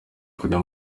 kujya